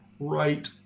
right